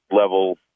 level